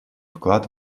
вклад